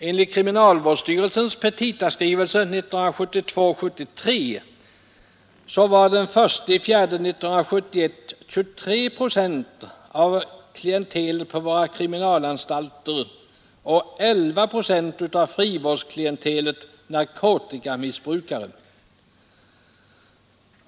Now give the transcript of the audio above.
Enligt kriminalvårdsstyrelsens petitaskrivelse för 1972/73 var den 1 april 1971 23 procent av klientelet på våra kriminalvårdsanstalter och 11 procent av frivårdsklientelet narkotikamissbrukare.